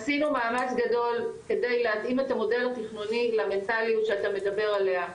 עשינו מאמץ גדול כדי להתאים את המודל התכנוני למנטליות שאתה מדבר עליה,